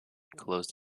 closed